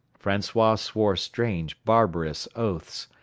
francois swore strange barbarous oaths,